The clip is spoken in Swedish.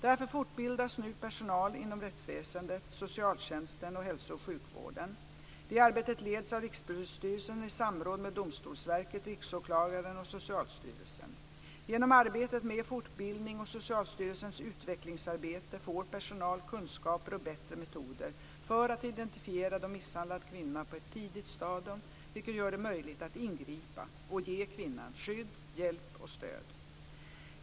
Därför fortbildas nu personal inom rättsväsendet, socialtjänsten och hälso och sjukvården. Det arbetet leds av Rikspolisstyrelsen i samråd med Domstolsverket, Riksåklagaren och Socialstyrelsen. Genom arbetet med fortbildning och Socialstyrelsens utvecklingsarbete får personal kunskaper och bättre metoder för att kunna identifiera de misshandlade kvinnorna på ett tidigt stadium, vilket gör det möjligt att ingripa och ge kvinnan skydd, hjälp och stöd.